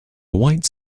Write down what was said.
white